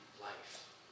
life